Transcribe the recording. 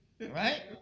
right